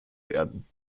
werden